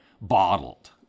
bottled